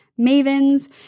mavens